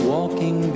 Walking